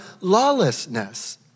lawlessness